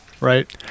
right